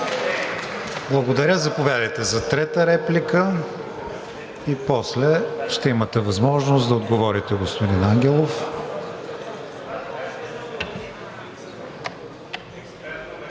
Благодаря. Заповядайте за трета реплика и после ще имате възможност да отговорите, господин Ангелов.